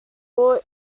all